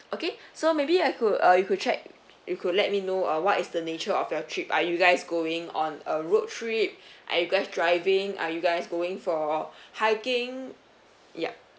okay so maybe I could uh you could check you could let me know uh what is the nature of your trip are you guys going on a road trip are you guys driving are you guys going for hiking ya